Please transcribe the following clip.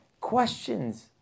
questions